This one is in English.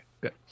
good